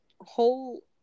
whole